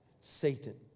Satan